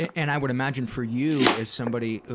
and i would imagine for you, as somebody,